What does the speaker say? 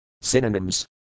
Synonyms